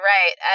Right